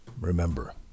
Remember